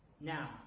Now